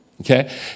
Okay